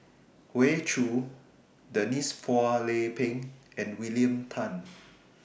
Hoey Choo Denise Phua Lay Peng and William Tan